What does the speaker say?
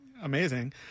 amazing